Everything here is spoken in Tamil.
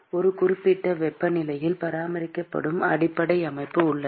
ஒரு குறிப்பிட்ட வெப்பநிலையில் பராமரிக்கப்படும் அடிப்படை அமைப்பு உள்ளது